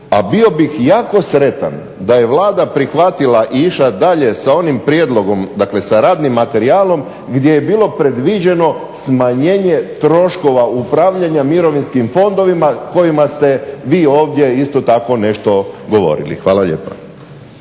a bio bih jako sretan da je Vlada prihvatila i išla dalje sa onim prijedlogom, dakle sa radnim materijalom gdje je bilo predviđeno smanjenje troškova upravljanja mirovinskim fondovima, kojima ste vi ovdje isto tako nešto govorili. Hvala lijepa.